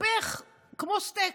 התהפך כמו סטייק,